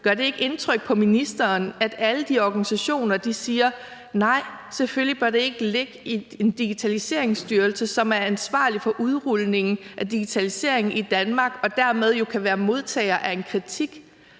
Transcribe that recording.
Gør det ikke indtryk på ministeren, at alle de organisationer siger: Nej, selvfølgelig bør det ikke ligge i en digitaliseringsstyrelse, som er ansvarlig for udrulningen af digitalisering i Danmark og dermed jo kan være modtager af en kritik.